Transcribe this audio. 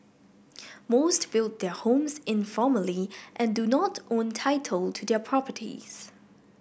most built their homes informally and do not own title to their properties